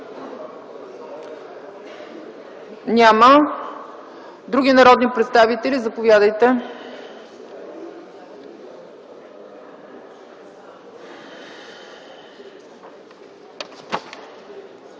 Няма. Други народни представители? Заповядайте.